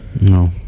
No